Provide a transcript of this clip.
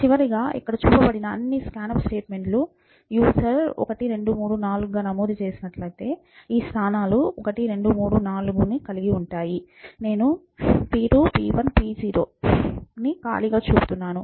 చివరగా ఇక్కడ చూపబడిన అన్ని scanf స్టేట్మెంట్లు యూసర్ 1 2 3 4 నమోదు చేసినట్లయితే ఈ స్థానాలు 1 2 3 4 కలిగి ఉంటాయి నేను p 2 p 1 p0 నేను ఖాళీగా చూపుతున్నాను